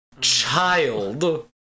Child